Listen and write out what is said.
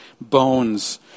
bones